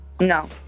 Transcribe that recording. No